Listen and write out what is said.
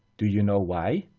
do you know, why?